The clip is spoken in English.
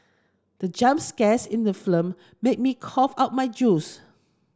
the jump scares in the film made me cough out my juice